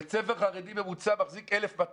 בית ספר חרדי ממוצע מחזיק 1,200,